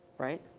right?